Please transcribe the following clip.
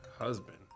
husband